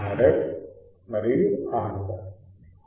Rf మరియు RI